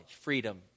freedom